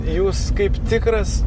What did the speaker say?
jūs kaip tikras